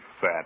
fat